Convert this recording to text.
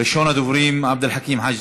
ראשון הדוברים, עבד אל חכים חאג'